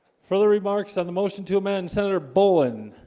further remarks on the motion to amend senator boland